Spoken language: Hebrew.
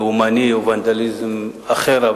לאומני או ונדליזם אחר,